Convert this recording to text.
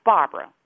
Barbara